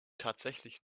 tatsächlich